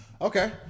Okay